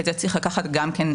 גם את זה צריך לקחת בחשבון.